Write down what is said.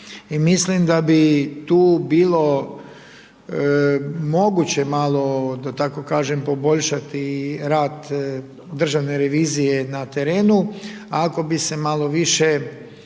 mislim da bi tu bilo, moguće malo, da tako kažem poboljšati rad Državne revizije na terenu, ako bi se malo više